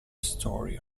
story